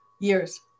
years